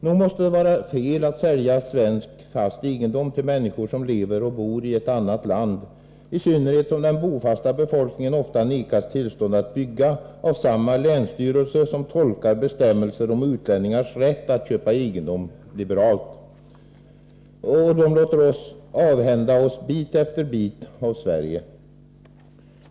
Nog måste det vara fel att sälja svensk fast egendom till människor som bor och lever i ett annat land, i synnerhet som den bofasta befolkningen ofta nekas tillstånd att bygga, av samma länsstyrelse som tolkar bestämmelserna om utlänningars rätt att köpa egendom liberalt och låter oss avhända oss bit efter bit av Sverige.